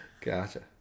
Gotcha